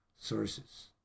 sources